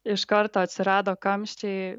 iš karto atsirado kamščiai